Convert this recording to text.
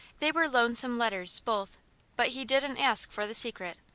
they were lonesome letters, both but he didn't ask for the secret,